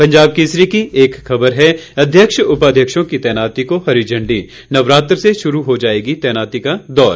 पंजाब केसरी की एक खबर है अध्यक्ष उपाध्यक्षों की तैनाती को हरी झंडी नवरात्र से शुरू हो जाएगा तैनाती का दौर